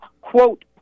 quote